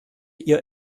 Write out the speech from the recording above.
ihr